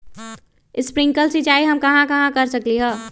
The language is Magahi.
स्प्रिंकल सिंचाई हम कहाँ कहाँ कर सकली ह?